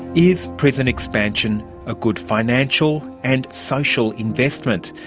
is prison expansion a good financial and social investment?